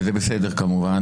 וזה בסדר, כמובן.